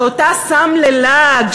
שאותה הוא שם ללעג,